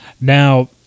Now